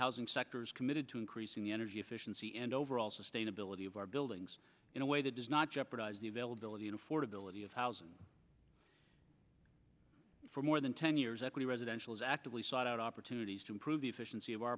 housing sector is committed to increasing energy efficiency and overall sustainability of our buildings in a way that does not jeopardize the availability and affordability of housing for more than ten years equity residential is actively sought out opportunities to improve the efficiency of our